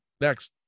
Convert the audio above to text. next